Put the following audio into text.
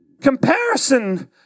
Comparison